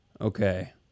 Okay